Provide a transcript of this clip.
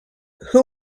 who